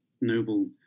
noble